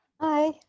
Hi